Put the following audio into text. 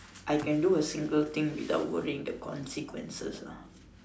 I can do a single thing without worrying the consequences ah